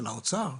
של האוצר,